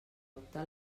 optar